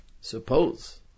Suppose